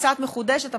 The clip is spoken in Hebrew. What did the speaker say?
קצת מחודשת,